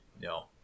No